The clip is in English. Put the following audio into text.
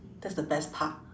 that's the best part